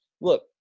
Look